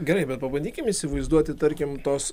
gerai bet pabandykim įsivaizduoti tarkim tos